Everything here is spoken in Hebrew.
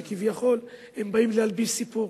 שכביכול הם באים להלביש סיפור,